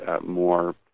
more